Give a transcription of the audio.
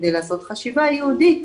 כדי לעשות חשיבה ייעודית,